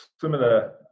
similar